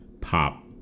pop